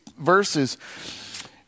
verses